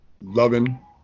loving